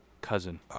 cousin